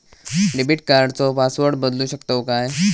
Debit कार्डचो password बदलु शकतव काय?